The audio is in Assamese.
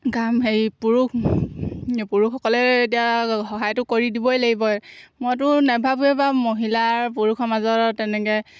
কাম হেৰি পুৰুষ পুৰুষসকলে এতিয়া সহায়টো কৰি দিবই লাগিবই মইতো নাভাবোঁৱে বাৰু এবাৰ মহিলাৰ পুৰুষৰ মাজত তেনেকৈ